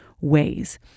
ways